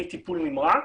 טיפול נמרץ,